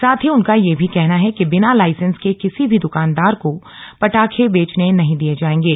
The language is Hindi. साथ ही उनका ये भी कहना है कि बिना लाइसेंस के किसी भी द्वानदार को पटाखे बेचने नही दिए जाएंगे